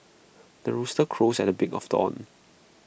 the rooster crows at the break of dawn